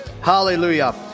Hallelujah